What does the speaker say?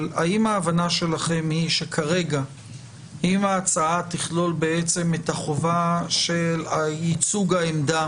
אבל האם ההבנה שלכם היא שכרגע אם ההצעה תכלול את החובה של ייצוג העמדה